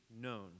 known